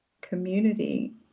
community